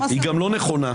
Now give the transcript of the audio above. היא גם לא נכונה,